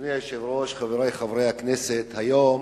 אדוני היושב-ראש, חברי חברי הכנסת, היום